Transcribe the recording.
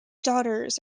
daughters